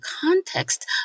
context